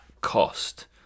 cost